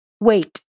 Wait